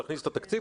להכניס את התקציב.